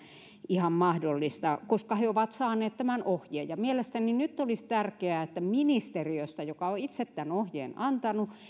ihan mahdollista koska he ovat saaneet tämän ohjeen mielestäni nyt olisi tärkeää että ministeriöstä joka on itse tämän ohjeen antanut